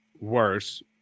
worse